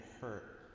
hurt